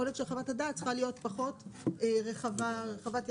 יכול להיות שחוות הדעת צריכה להיות פחות רחבת ידיים.